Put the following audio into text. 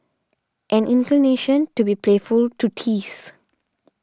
an inclination to be playful to tease